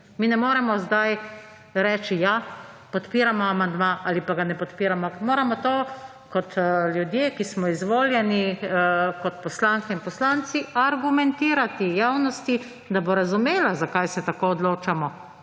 Mi ne moremo zdaj reči – ja, podpiramo amandma, ali pa ga ne podpiramo. Moramo to kot ljudje, ki smo izvoljeni, kot poslanke in poslanci argumentirati javnosti, da bo razumela, zakaj se tako odločamo,